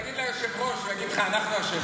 תגיד ליושב-ראש, הוא יגיד לך: אנחנו אשמים.